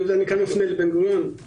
אני רוצה לומר דבר נוסף: